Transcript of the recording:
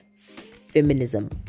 feminism